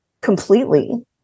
completely